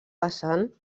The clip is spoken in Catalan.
vessant